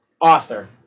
author